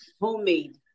homemade